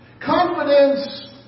Confidence